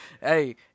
Hey